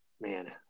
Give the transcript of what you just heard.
man